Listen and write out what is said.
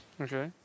Okay